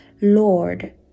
Lord